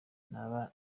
naba